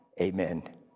Amen